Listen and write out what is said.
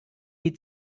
die